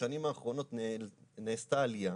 בשנים האחרונות נעשתה עלייה.